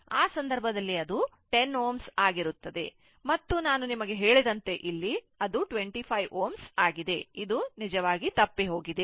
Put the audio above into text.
ಆ ಸಂದರ್ಭದಲ್ಲಿ ಅದು 10 Ω ಆಗಿರುತ್ತದೆ ಮತ್ತು ನಾನು ನಿಮಗೆ ಹೇಳಿದಂತೆ ಇಲ್ಲಿ ಅದು 25 Ω ಆಗಿದೆ ಇದು ನಿಜವಾಗಿ ತಪ್ಪಿಹೋಗಿದೆ